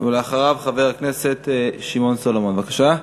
ואחריו, חבר הכנסת שמעון סולומון, בבקשה.